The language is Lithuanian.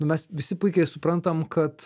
nu mes visi puikiai suprantam kad